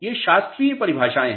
ये शास्त्रीय परिभाषाएं हैं